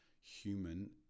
human